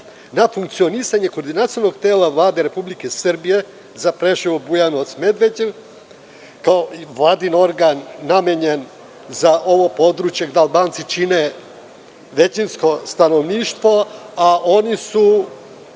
na funkcionisanje Koordinacionog tela Vlade Republike Srbije za Preševo, Bujanovac, Medveđu, kao i Vladin organ namenjen za ovo područje, gde Albanci čine većinsko stanovništvo, a oni su